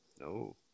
No